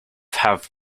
have